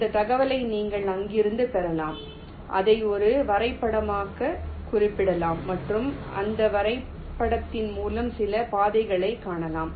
இந்த தகவலை நீங்கள் அங்கிருந்து பெறலாம் அதை ஒரு வரைபடமாகக் குறிப்பிடலாம் மற்றும் அந்த வரைபடத்தின் மூலம் சில பாதைகளைக் காணலாம்